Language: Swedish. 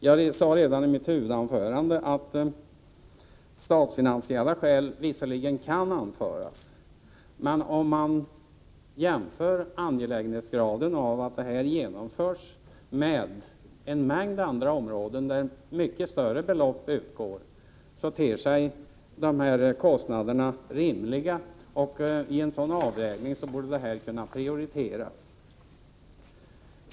Jag sade redan i mitt huvudanförande att statsfinansiella skäl visserligen kan anföras, men om man jämför angelägenhetsgraden av att detta genomförs med en mängd andra områden där mycket större belopp utgår ter sig de här kostnaderna rimliga, och i en sådan avvägning borde de kunna prioriteras.